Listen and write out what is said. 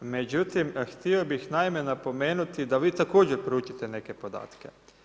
Međutim, htio bi naime, napomenuti da vi također proučite neke podatke.